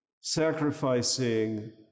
sacrificing